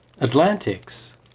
Atlantics